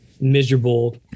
miserable